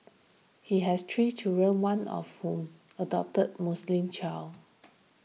he has three children one of whom adopted Muslim child